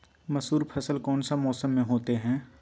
मसूर फसल कौन सा मौसम में होते हैं?